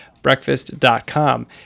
breakfast.com